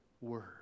word